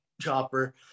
chopper